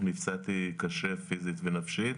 נפצעתי קשה פיזית ונפשית.